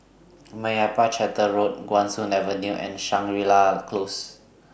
Meyappa Chettiar Road Guan Soon Avenue and Shangri La Close